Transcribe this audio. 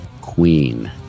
Queen